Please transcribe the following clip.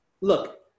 look